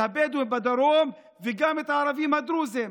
הבדואים בדרום וגם את הערבים הדרוזים.